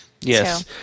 Yes